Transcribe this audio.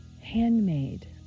handmade